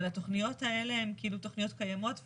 אבל התכניות האלה הן תכניות קיימות,